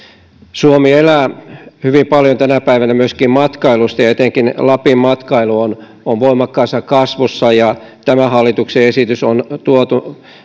suomi elää hyvin paljon tänä päivänä myöskin matkailusta ja etenkin lapin matkailu on on voimakkaassa kasvussa hallituksen esitys on tuotu